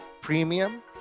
Premium